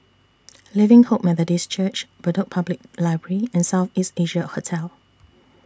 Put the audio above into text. Living Hope Methodist Church Bedok Public Library and South East Asia Hotel